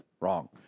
Wrong